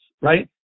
right